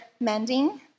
mending